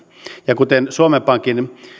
ja kuten suomen pankin